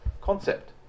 concept